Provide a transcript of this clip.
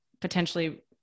potentially